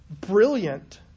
brilliant